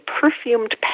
perfumed